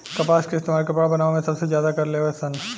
कपास के इस्तेमाल कपड़ा बनावे मे सबसे ज्यादा करे लेन सन